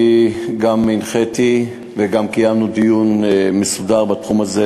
אני גם הנחיתי, וגם קיימנו דיון מסודר בתחום הזה,